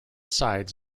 sides